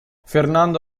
fernando